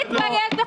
תתבייש לך.